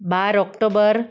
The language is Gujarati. બાર ઓક્ટોબર